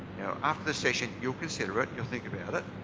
after this session you'll consider it, you'll think about it.